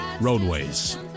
roadways